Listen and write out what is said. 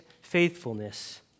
faithfulness